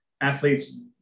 athletes